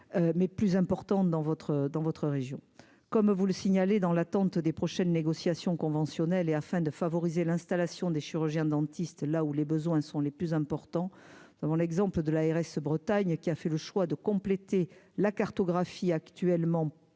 mais plus importante dans votre, dans votre région, comme vous le signalez, dans l'attente des prochaines négociations conventionnelles et afin de favoriser l'installation des chirurgiens dentistes, là où les besoins sont les plus importants avant l'exemple de l'ARS Bretagne qui a fait le choix de compléter la cartographie actuellement